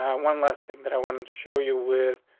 one last thing that i wanted to show you with,